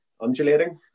undulating